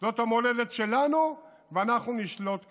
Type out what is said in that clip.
זאת המולדת שלנו ואנחנו נשלוט כאן.